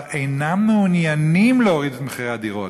אינם מעוניינים להוריד את מחירי הדירות.